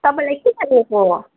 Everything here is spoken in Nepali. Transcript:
तपाईँलाई के चाहिएको